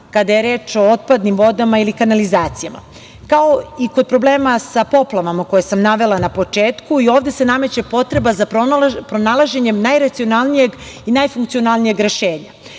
kada je reč o otpadnim vodama ili kanalizacijama. Kao i kod problema sa poplavama koje sam navela na početku i ovde se nameće potreba za pronalaženjem najracionalnijeg i najfunkcionalnijeg rešenja.